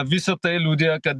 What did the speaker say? visa tai liudija kad